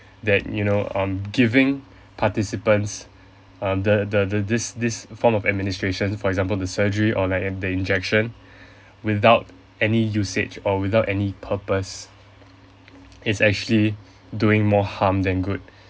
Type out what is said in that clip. that you know um giving participants uh the the this this form of administration for example the surgery or like the injection without any usage or without any purpose is actually doing more harm than good